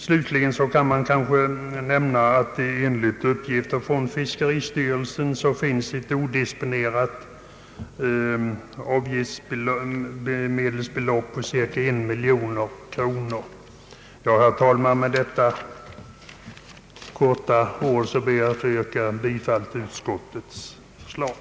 Slutligen kanske jag kan nämna att enligt uppgift från = fiskeristyrelsen finns f.n. ett odisponerat avgiftsmedelsbelopp på cirka en miljon kronor. Herr talman, med dessa ord ber jag få yrka bifall till utskottets förslag.